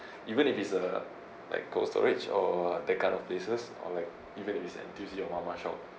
even if it's a like cold storage or that kind of places or like even in is N_T_U_C or mama shop